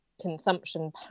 consumption